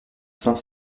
saint